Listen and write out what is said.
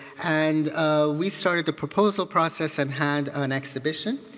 and we started the proposal process and had an exhibition.